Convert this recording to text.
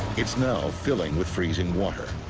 it's now filling with freezing water.